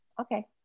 okay